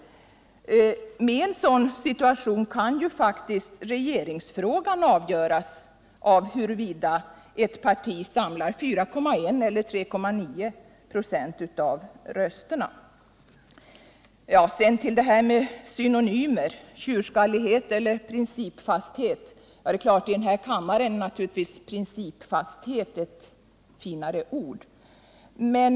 Med en sådan situation kan faktiskt regeringsfrågans avgörande vara beroende av om ett parti samlar 4,1 eller 3,9 96 av rösterna. Vad sedan gäller synonymdiskussionen om tjurskallighet och principfasthet är naturligtvis principfasthet ett finare ord här i kammaren.